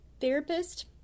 therapist